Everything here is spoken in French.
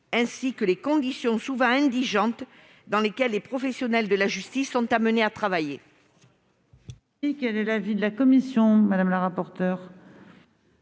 ainsi que les conditions souvent indigentes dans lesquelles les professionnels de la justice sont amenés à travailler. Quel est l'avis de la commission ? La commission